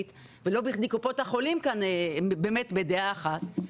ולא בכדי קופות החולים כאן באמת בדעה אחת.